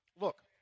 Look